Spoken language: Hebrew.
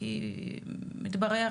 כי מתברר